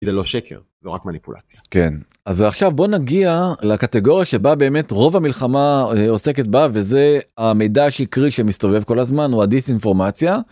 זה לא שקר זו רק מניפולציה, כן אז עכשיו, בוא נגיע לקטגוריה שבה באמת רוב המלחמה עוסקת בה, וזה המידע השקרי שמסתובב כל הזמן, או ה'דיס אינפורמציה'